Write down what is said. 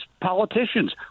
politicians